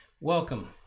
Welcome